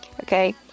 Okay